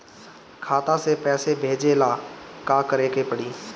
खाता से पैसा भेजे ला का करे के पड़ी?